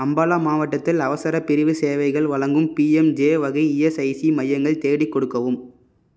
அம்பாலா மாவட்டத்தில் அவசரப் பிரிவு சேவைகள் வழங்கும் பிஎம்ஜே வகை இஎஸ்ஐசி மையங்கள் தேடிக் கொடுக்கவும்